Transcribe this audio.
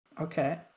okay